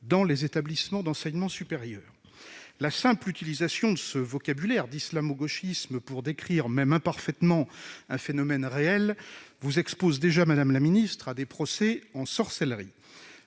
dans les établissements d'enseignement supérieur. La simple utilisation de ce terme « islamo-gauchisme » pour décrire, même imparfaitement, un phénomène réel vous expose déjà, madame la ministre, à des procès en sorcellerie.